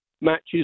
matches